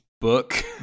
book